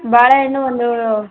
ಬಾಳೆ ಹಣ್ಣು ಒಂದು